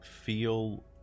feel